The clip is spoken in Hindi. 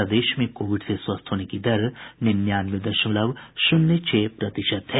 प्रदेश में कोविड से स्वस्थ होने की दर निन्यानवे दशमलव शून्य छह प्रतिशत है